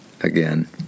Again